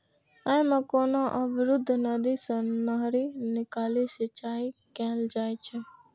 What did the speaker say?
अय मे कोनो अवरुद्ध नदी सं नहरि निकालि सिंचाइ कैल जाइ छै